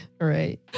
Right